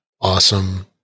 awesome